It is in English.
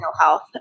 health